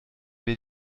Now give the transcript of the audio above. wer